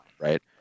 right